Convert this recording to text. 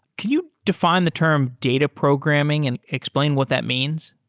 can you define the term data programming and explain what that means?